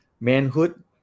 manhood